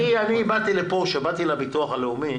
כשבאתי לביטוח הלאומי